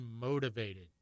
motivated